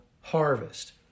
harvest